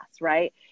right